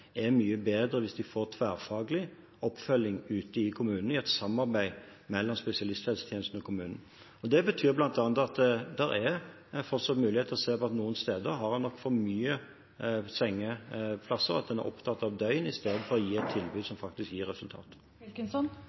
er mye bedre hvis de får tverrfaglig oppfølging ute i kommunene, i et samarbeid mellom spesialisthelsetjenesten og kommunen. Det betyr bl.a. at det fortsatt er mulig å se at en noen steder nok har for mange sengeplasser, at en er opptatt av døgn istedenfor å gi et tilbud som faktisk gir